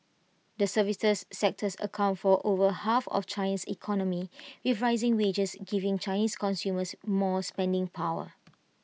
the services sector accounts for over half of China's economy if with rising wages giving Chinese consumers more spending power